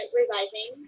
revising